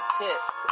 tips